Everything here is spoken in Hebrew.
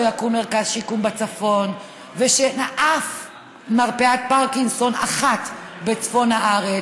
יקום מרכז שיקום בצפון ושאין אף מרפאת פרקינסון אחת בצפון הארץ,